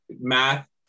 math